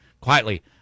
quietly